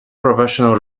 professional